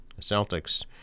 Celtics